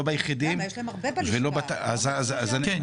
לא ביחידים ולא בתאגידים.